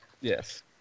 Yes